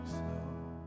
snow